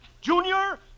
Junior